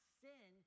sin